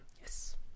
Yes